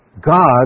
God